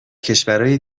کشورای